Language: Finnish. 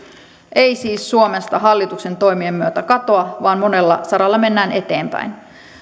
ei siis suomesta hallituksen toimien myötä katoa vaan monella saralla mennään eteenpäin